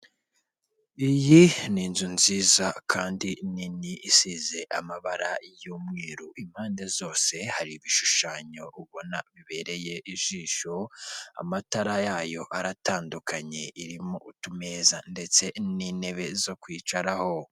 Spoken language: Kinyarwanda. Iyi ni inzu nziza kandi nini isize amabara y'umweru, impande zose hari ibishushanyo ubona bibereye ijisho, amatara yayo aratandukanye, irimo utumeza ndetse n'intebe zo kwicaraho.